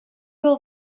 will